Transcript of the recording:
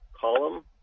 column